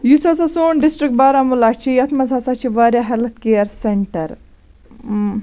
یُس ہَسا سون ڈِسٹرک بارہمُلہ چھُ یتھ منٛز ہَسا چھِ واریاہ ہیٚلٕتھ کیر سیٚنٹَر